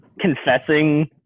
confessing